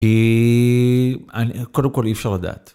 היא... אנ, קודם כל אי אפשר לדעת.